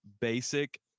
basic